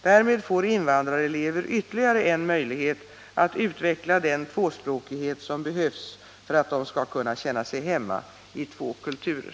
Därmed får invandrarelever ytterligare en möjlighet att utveckla den tvåspråkighet som behövs för att de skall kunna känna sig hemma i två kulturer.